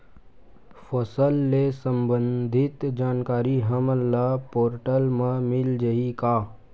फसल ले सम्बंधित जानकारी हमन ल ई पोर्टल म मिल जाही का?